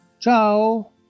Ciao